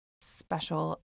special